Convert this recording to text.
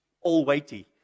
all-weighty